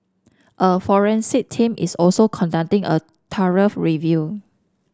a forensic team is also conducting a thorough review